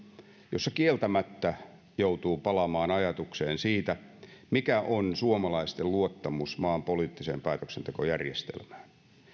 joissa kieltämättä joutuu palaamaan ajatukseen siitä mikä on suomalaisten luottamus maan poliittiseen päätöksentekojärjestelmään